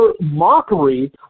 mockery